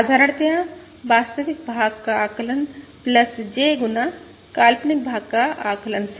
साधारणतयाः वास्तविक भाग का आकलन J गुना काल्पनिक भाग का आकलन से